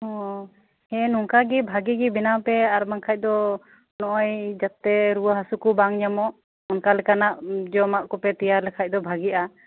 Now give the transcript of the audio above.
ᱳᱚ ᱦᱮᱸ ᱱᱚᱝᱠᱟ ᱜᱮ ᱵᱷᱟᱹᱜᱤᱜᱮ ᱵᱮᱱᱟᱣ ᱯᱮ ᱟᱨ ᱵᱟᱝᱠᱷᱟᱡ ᱫᱚ ᱱᱚᱜᱚᱭ ᱡᱟᱛᱮ ᱨᱩᱭᱟᱹ ᱦᱟᱥᱩ ᱠᱚ ᱱᱟᱝ ᱧᱟᱢᱚᱜ ᱚᱱᱠᱟ ᱞᱮᱠᱟᱱᱟᱜ ᱡᱚᱢᱟᱜ ᱠᱚᱯᱮ ᱛᱮᱭᱟᱨ ᱞᱮᱠᱷᱟᱡ ᱫᱚ ᱵᱷᱟᱜᱤᱜᱼᱟ